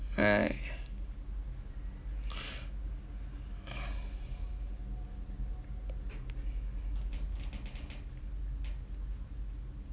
right